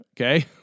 Okay